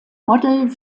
model